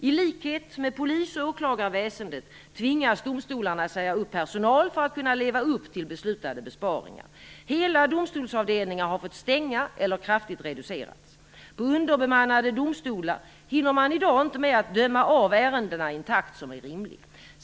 I likhet med polis och åklagarväsendet tvingas domstolarna säga upp personal för att kunna leva upp till beslutade besparingar. Hela domstolsavdelningar har fått stänga eller har kraftigt reducerats. På underbemannade domstolar hinner man i dag inte med att döma av ärendena i en takt som är rimlig.